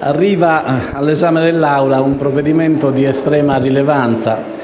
arriva all'esame dell'Assemblea un provvedimento di estrema rilevanza,